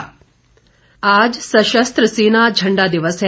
झंडा दिवस आज सशस्त्र सेना झंडा दिवस है